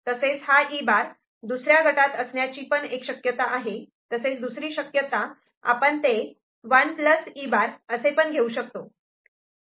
तसेच हा E' दुसऱ्या गटात असण्याची पण एक शक्यता आहे आणि दुसरी शक्यता आपण ते 1 E' असे पण घेऊ शकतो